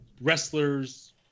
wrestler's